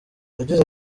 yagize